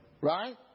Right